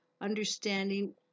understanding